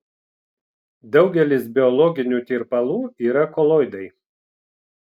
daugelis biologinių tirpalų yra koloidai